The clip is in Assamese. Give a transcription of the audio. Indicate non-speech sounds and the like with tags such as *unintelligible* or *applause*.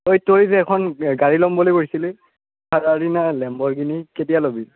ঐ তই যে এখন গাড়ী ল'ম বুলি কৈছিলি *unintelligible* লেম্বৰঘিনি কেতিয়া ল'বি